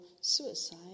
suicide